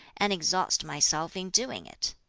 and exhaust myself in doing it!